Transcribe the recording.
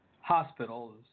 hospitals